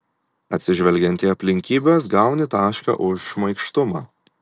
atsižvelgiant į aplinkybes gauni tašką už šmaikštumą